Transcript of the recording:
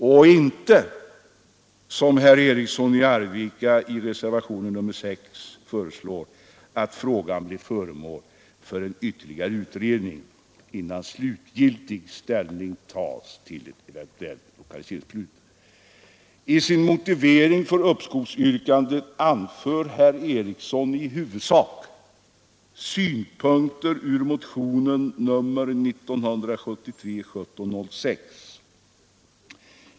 Vi anser inte, som herr Eriksson i Arvika föreslår i reservationen 6, att frågan bör bli föremål för en ytterligare utredning innan slutgiltig ställning tas till ett eventuellt lokaliseringsbeslut. I sin motivering för uppskovsyrkandet anför herr Eriksson i huvudsak synpunkter ur motionen 1706 år 1973.